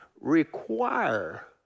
require